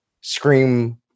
scream